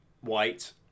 white